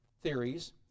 theories